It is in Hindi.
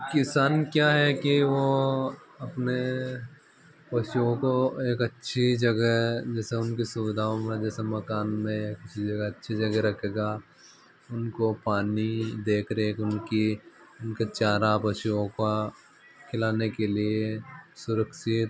किसान क्या है कि वो अपने पशुओं को एक अच्छी जगह जैसे उनकी सुविधाओं में जैसे मकान में या किसी जगह अच्छी जगह रखेगा उनको पानी देख रेख उनकी उनके चारा पशुओं का खिलाने के लिए सुरक्षित